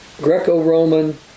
Greco-Roman